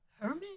Hermit